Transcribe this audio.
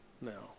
No